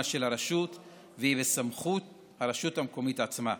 של הרשות והיא בסמכות הרשות המקומית עצמה.